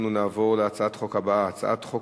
אנחנו נעבור להצעת החוק הבאה, הצעת חוק